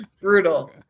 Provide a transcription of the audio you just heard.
Brutal